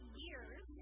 years